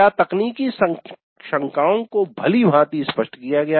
क्या तकनीकी शंकाओं को भली भांति स्पष्ट किया गया